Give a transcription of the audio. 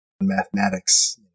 mathematics